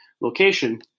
location